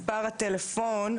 מס' הטלפון,